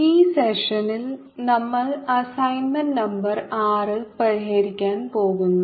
ഈ സെഷനിൽ നമ്മൾ അസൈൻമെന്റ് നമ്പർ ആറ് പരിഹരിക്കാൻ പോകുന്നു